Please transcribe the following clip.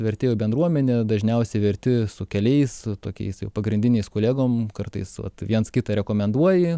vertėjų bendruomenė dažniausiai verti su keliais tokiais jau pagrindiniais kolegom kartais vat viens kitą rekomenduoji